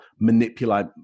manipulate